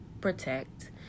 protect